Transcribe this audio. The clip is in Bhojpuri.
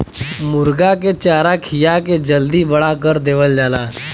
मुरगा के चारा खिया के जल्दी बड़ा कर देवल जाला